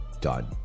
done